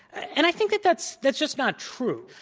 and i think that that's that's just not true,